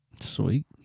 Sweet